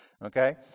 okay